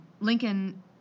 Lincoln